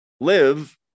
live